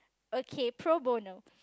okay pro bono